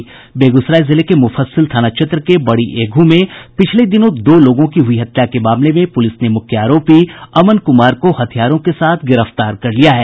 बेगूसराय जिले के मुफस्सिल थाना क्षेत्र के बड़ीएघु में पिछले दिनों दो लोगों की हुई हत्या के मामले में प्रलिस ने मुख्य आरोपी अमन कुमार को हथियारों के साथ गिरफ्तार कर लिया है